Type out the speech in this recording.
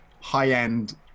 high-end